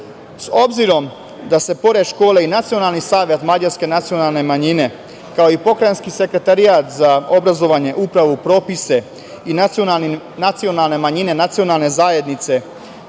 učenika. Obzirom da se pored škole i Nacionalni savet mađarske nacionalne manjine, kao i Pokrajinski sekretarijat za obrazovanje, upravu, propise i nacionalne manjine i nacionalne zajednice